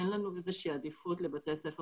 אין לנו איזה שהיא עדיפות לבתי ספר